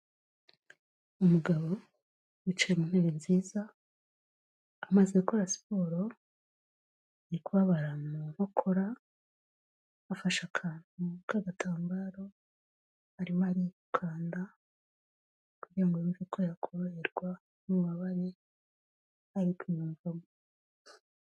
Umugabo wicaye ntebe nziza, amaze gukora siporo ari kubabara mu nkokora, afashe akantu k'agagatambaro, arimo arikanda kugira ngo yumve ko yakoroherwa ububabare ari kwiyumvamo.